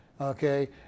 Okay